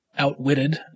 outwitted